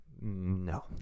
no